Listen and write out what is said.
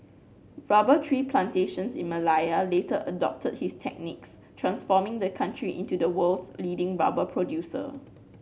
rubber tree plantations in Malaya later adopted his techniques transforming the country into the world's leading rubber producer